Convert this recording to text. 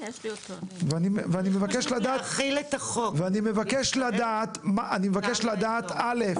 אני מבקש לדעת א',